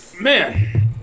man